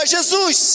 Jesus